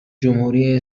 جمهوری